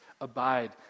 Abide